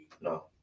No